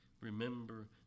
Remember